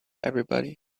everybody